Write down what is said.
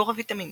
תיאור הוויטמין